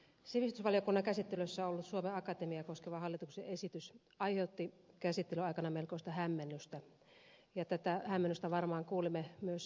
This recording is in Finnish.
sivistysvaliokunnan käsittelyssä ollut suomen akatemiaa koskeva hallituksen esitys aiheutti käsittelyn aikana melkoista hämmennystä ja tätä hämmennystä varmaan kuulimme myös edellisessä ed